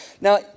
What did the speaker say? Now